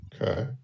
Okay